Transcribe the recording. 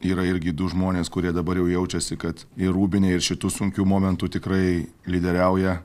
yra irgi du žmonės kurie dabar jau jaučiasi kad į rūbinę ir šitų sunkių momentų tikrai lyderiauja